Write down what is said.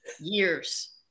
years